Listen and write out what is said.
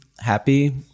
happy